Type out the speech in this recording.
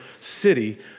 city